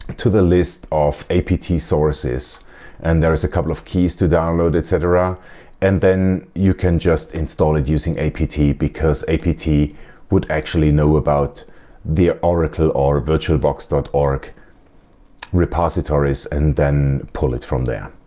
to the list of apt sources and there is a couple of keys to download etc and then you can just install it using apt because apt would actually know about the oracle or virtualbox dot org repositories and then pull it from there